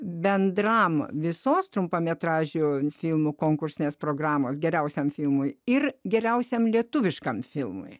bendram visos trumpametražių filmų konkursinės programos geriausiam filmui ir geriausiam lietuviškam filmui